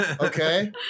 Okay